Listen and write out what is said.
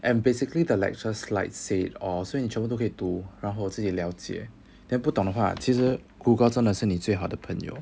and basically the lecture slides said all 所以你全部都可以读然后自己了解 then 不懂的话其实 google 真的是你最好的朋友